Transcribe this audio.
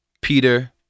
Peter